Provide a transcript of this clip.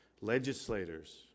legislators